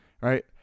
right